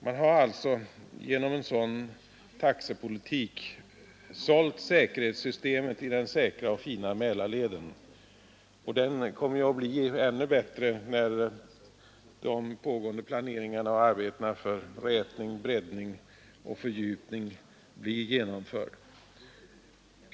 Man har alltså genom en sådan taxepolitik sålt säkerhetssystemet i den säkra och fina Mälarleden — och den kommer ju att bli ännu bättre när de pågående planeringarna och arbetena för rätning, breddning och fördjupning blir genomförda.